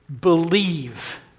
Believe